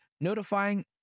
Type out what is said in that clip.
notifying